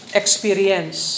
experience